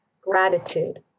gratitude